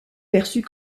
perçus